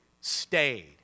stayed